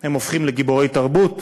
הם הופכים לגיבורי תרבות.